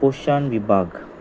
पोशन विभाग